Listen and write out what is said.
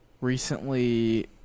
recently